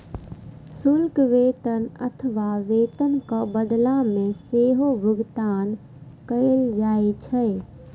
शुल्क वेतन अथवा वेतनक बदला मे सेहो भुगतान कैल जाइ छै